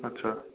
अच्छा